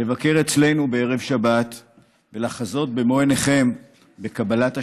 לבקר אצלנו בערב שבת ולחזות במו עיניכם בקבלת השבת,